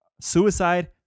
Suicide